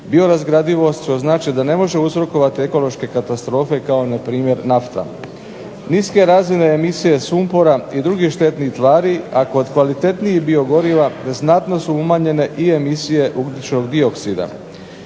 biorazgradivost što znači da ne može uzrokovati ekološke katastrofe kao na primjer nafta. Niske razine emisije sumpora i drugih štetnih stvari, a kod drugih biogoriva znatno su umanjene i emisije ugljičnog-dioksida.